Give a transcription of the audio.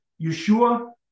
Yeshua